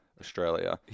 Australia